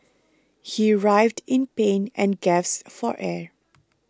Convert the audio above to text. he writhed in pain and gasped for air